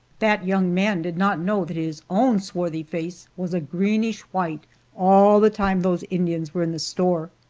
that young man did not know that his own swarthy face was a greenish white all the time those indians were in the store!